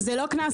זה לא קנס.